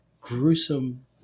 gruesome